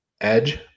edge